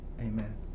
Amen